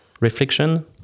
reflection